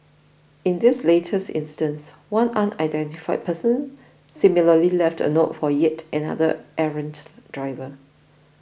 in this latest instance one unidentified person similarly left a note for yet another errant driver